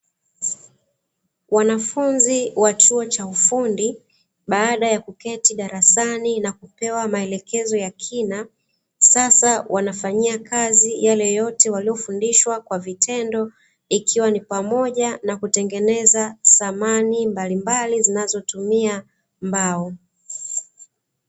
Wanafunzi wa chuo cha ufundi, baada ya kuketi darasani na kupewa maelekezo ya kina sasa wanafanyia kazi yale yote waliyofundishwa kwa vitendo, ikiwa ni pamoja na kutengeneza samani mbalimbali zinazotumia mbao